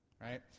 right